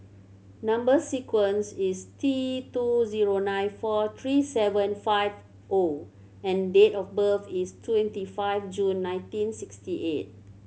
number sequence is T two zero nine four three seven five O and date of birth is twenty five June nineteen sixty eight